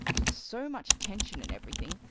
with so much attention and everything.